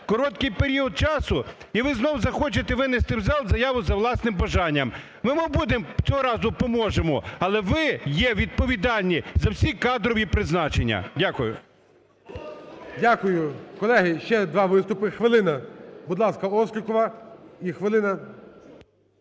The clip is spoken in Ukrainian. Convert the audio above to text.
короткий період часу, і ви знов захочете винести в зал заяву за власним бажанням. Ми будем… цього разу поможемо, але ви є відповідальні за всі кадрові призначення. Дякую.